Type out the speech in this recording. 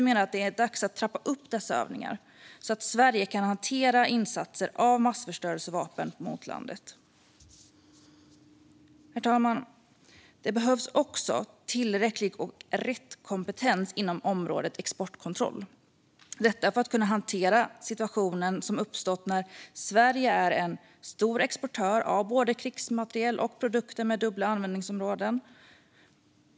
Det är dags att trappa upp övningarna så att Sverige kan hantera insatser med massförstörelsevapen mot landet. Herr talman! Det behövs också tillräcklig och rätt kompetens inom området exportkontroll för att kunna hantera den situation som uppstått i och med att Sverige är en stor exportör av både krigsmateriel och produkter med dubbla användningsområden.